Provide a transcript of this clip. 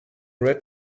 red